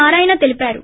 నారాయణ తెలిపారు